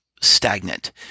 stagnant